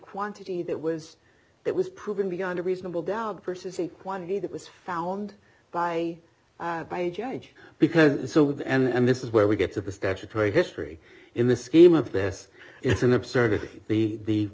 quantity that was that was proven beyond a reasonable doubt versus a quantity that was found by by a judge because so with and this is where we get to the statutory history in the scheme of this it's an absurdity the